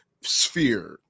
sphere